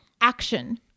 action